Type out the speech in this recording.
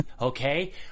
okay